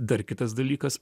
dar kitas dalykas